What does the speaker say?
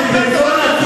אבל,